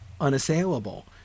unassailable